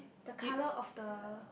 the colour of the